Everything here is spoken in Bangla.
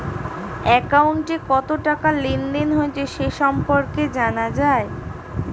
অ্যাকাউন্টে কত টাকা লেনদেন হয়েছে সে সম্পর্কে জানা যায়